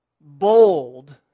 bold